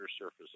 surface